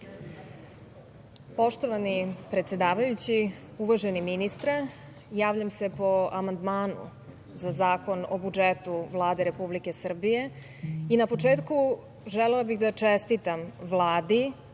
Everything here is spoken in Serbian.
Poštovani predsedavajući, uvaženi ministre, javljam se po amandmanu za Zakon o budžetu Vlade Republike Srbije i na početku želela bih da čestitam Vladi,